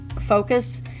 focus